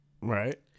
Right